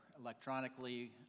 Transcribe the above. electronically